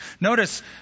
Notice